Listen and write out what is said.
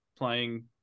playing